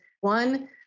one